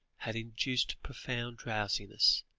had induced profound drowsiness,